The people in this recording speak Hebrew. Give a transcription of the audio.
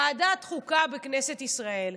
ועדת חוקה בכנסת ישראל.